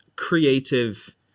creative